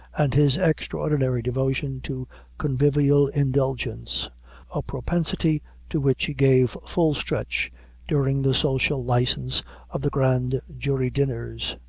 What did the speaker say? and his extraordinary devotion to convivial indulgence a propensity to which he gave full stretch during the social license of the grand jury dinners.